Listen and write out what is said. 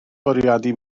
bwriadu